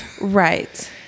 Right